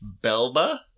Belba